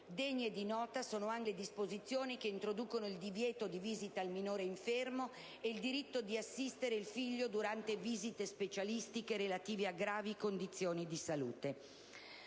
Degne di nota sono anche le disposizioni che introducono il diritto di visita al minore infermo e il diritto di assistere il figlio durante visite specialistiche resesi necessarie in relazione a gravi condizioni di salute.